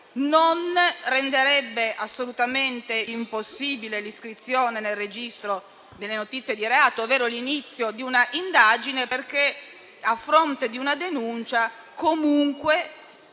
non renderebbe impossibile l'iscrizione nel registro delle notizie di reato, ovvero l'inizio di un'indagine, perché, a fronte di una denuncia, comunque